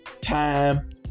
time